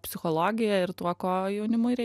psichologija ir tuo ko jaunimui reik